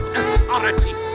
authority